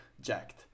jacked